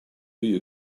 you